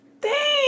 thanks